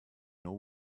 know